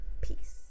peace